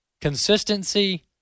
consistency